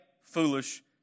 foolish